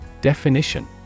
Definition